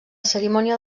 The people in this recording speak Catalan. cerimònia